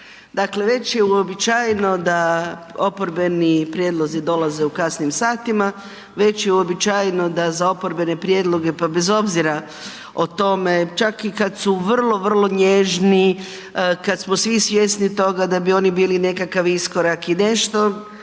Dakle, već je uobičajeno da oporbeni prijedlozi dolaze u kasnim satima, već je uobičajeno da za oporbene prijedloge, pa bez obzira o tome, čak i kad su vrlo, vrlo nježni, kad smo svi svjesni toga da bi oni bili nekakav iskorak i nešto,